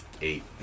Eight